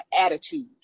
attitude